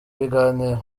ibiganiro